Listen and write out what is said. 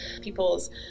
people's